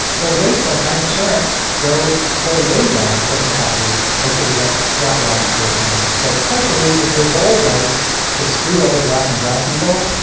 the rates of uninsurance go go way down for kentucky but they get flat lined for tennessee. so partially if your goal was to screw over black and brown people,